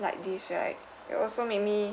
like this right it also made me